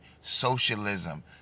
socialism